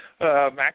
Max